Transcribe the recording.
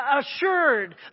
assured